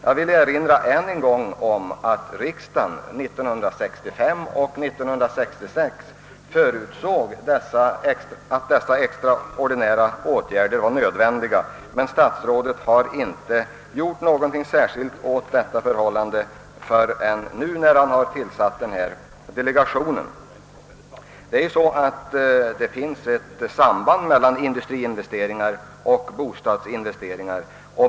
Jag vill än en gång erinra om att riksdagen 1965 och 1966 förutsåg att dessa extraordinära åtgärder var nödvändiga, men statsrådet har inte gjort något särskilt åt detta förhållande förrän nu, när han tillsatt den aktuella delegationen, Det finns ett samband mellan industriinvesteringar och bostadsinvesteringar.